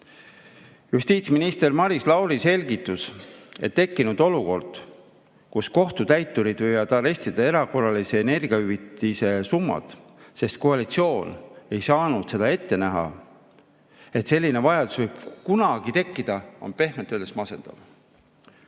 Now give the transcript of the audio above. Justiitsminister Maris Lauri selgitus, et on tekkinud olukord, kus kohtutäiturid võivad arestida erakorralise energiahüvitise summad, aga koalitsioon ei saanud seda ette näha, et selline vajadus võib kunagi tekkida, on pehmelt öeldes masendav.